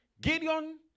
Gideon